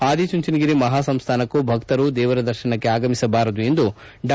ಆದಿಚುಂಚನಗರಿ ಮಹಾ ಸಂಸ್ಥಾನಕ್ಕೂ ಭಕ್ತರು ದೇವರ ದರ್ಶನಕ್ಕೆ ಆಗಮಿಸಬಾರದು ಎಂದು ಡಾ